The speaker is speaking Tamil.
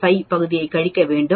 5 பகுதியைக் கழிக்க வேண்டும்